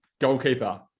Goalkeeper